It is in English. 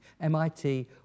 MIT